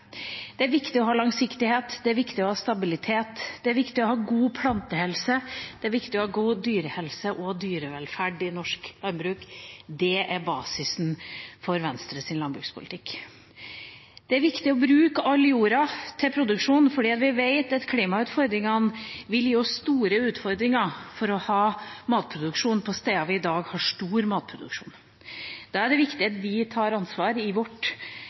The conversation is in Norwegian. ha stabilitet, det er viktig å ha god plantehelse, det er viktig å ha god dyrehelse og dyrevelferd i norsk landbruk. Det er basisen for Venstres landbrukspolitikk. Det er viktig å bruke all jorda til produksjon fordi vi vet at klimautfordringene vil gi oss store utfordringer når det gjelder å ha matproduksjon på steder vi i dag har stor matproduksjon. Da er det viktig at vi tar ansvar i vårt